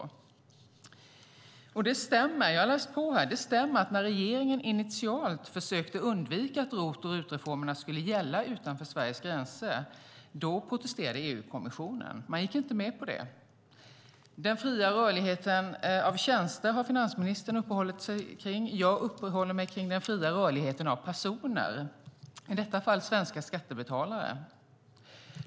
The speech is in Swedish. Jag har läst på, och det stämmer att EU-kommissionen protesterade när regeringen initialt försökte undvika att ROT och RUT-reformerna skulle gälla utanför Sveriges gränser. Man gick inte med på det. Den fria rörligheten för tjänster har finansministern uppehållit sig kring, och jag uppehåller mig kring den fria rörligheten för personer - i detta fall svenska skattebetalare.